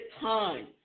time